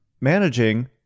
managing